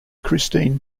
christine